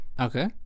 Okay